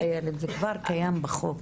זה לא קשור לחוק, איילת.